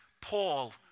Paul